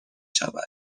شود